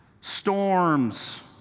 storms